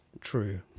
true